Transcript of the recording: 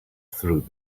through